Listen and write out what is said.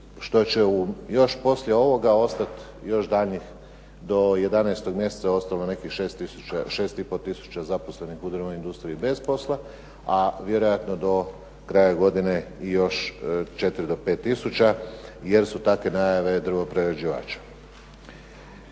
što će još poslije ovoga ostati još daljnjih do 11. mjeseca je ostalo nekih 6 i pol tisuća zaposlenih u drvnoj industriji bez posla, a vjerojatno do kraja godine još 4 do 5000, jer su takve najave drvoprerađivača.